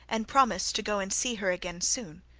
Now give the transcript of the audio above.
and promised to go and see her again soon,